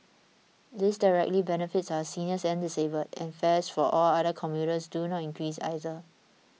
this directly benefits our seniors and disabled and fares for all other commuters do not increase either